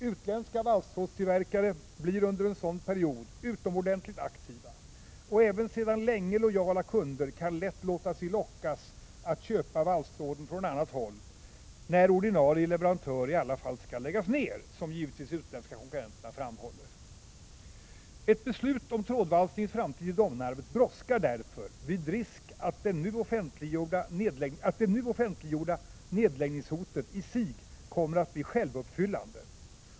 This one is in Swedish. Utländska valstrådstillverkare blir under en sådan period utomordentligt aktiva, och även sedan länge lojala kunder kan lätt låta sig lockas att köpa valstråden från annat håll, ”när ordinarie leverantör i alla fall skall lägga ner produktionen”, som de utländska konkurrenterna givetvis framhåller. Ett beslut om trådvalsningens framtid i Domnarvet brådskar därför, vid risk att det nu offentliggjorda nedläggningshotet i sig kommer att bli ”självuppfyllande”.